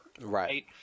Right